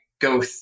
go